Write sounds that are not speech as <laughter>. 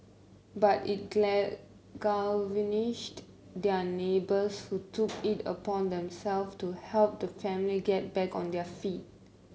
but it <unintelligible> their neighbours who took it upon themself to help the family get back on their feet